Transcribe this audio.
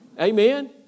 Amen